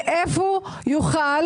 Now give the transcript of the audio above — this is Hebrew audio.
מאיפה יוכל